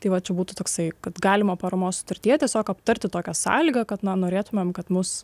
tai va čia būtų toksai kad galima paramos sutartyje tiesiog aptarti tokią sąlygą kad norėtumėm kad mus